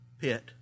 pit